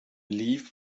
leave